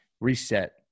reset